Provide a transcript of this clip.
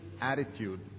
attitude